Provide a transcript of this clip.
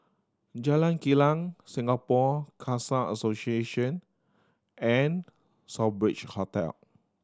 Jalan Kilang Singapore Khalsa Association and Southbridge Hotel